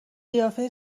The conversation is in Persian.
قیافه